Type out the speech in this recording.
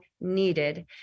needed